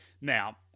Now